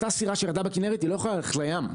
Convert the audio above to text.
אותה סירה בכנרת היא לא יכולה ללכת לים,